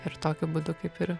ir tokiu būdu kaip ir